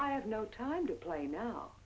i have no time to play no